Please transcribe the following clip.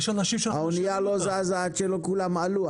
האונייה לא זזה עד שכולם עלו,